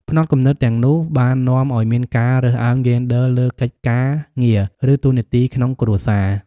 ផ្នត់គំនិតទាំងនោះបាននាំឱ្យមានការរើសអើងយេនឌ័រលើកិច្ចការងារ ឬតួនាទីក្នុងគ្រួសារ។